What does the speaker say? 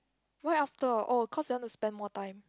why after oh cause you want to spend more time